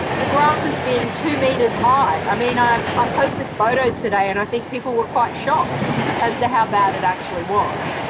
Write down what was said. the grass has been two metres high. i mean i have ah posted photos today and i think people were quite shocked as to how bad it actually was.